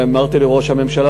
ואמרתי לראש הממשלה,